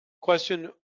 question